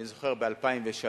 אני זוכר ב-2003,